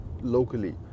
locally